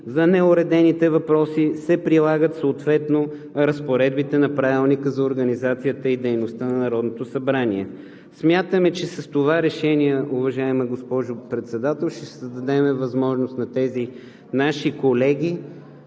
За неуредените въпроси се прилагат съответно разпоредбите на Правилника за организацията и дейността на Народното събрание.“ Смятаме, че с това решение, уважаема госпожо Председател, ще се създаде невъзможност на тези наши колеги